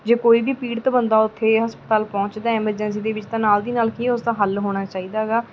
ਜੇ ਕੋਈ ਵੀ ਪੀੜਤ ਬੰਦਾ ਉੱਥੇ ਹਸਪਤਾਲ ਪਹੁੰਚਦਾ ਐਮਰਜੈਂਸੀ ਦੇ ਵਿੱਚ ਤਾਂ ਨਾਲ ਦੀ ਨਾਲ ਕੀ ਉਸ ਦਾ ਹੱਲ ਹੋਣਾ ਚਾਹੀਦਾ ਹੈਗਾ